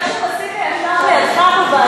גרשון מסיקה ישב לידך בוועדה.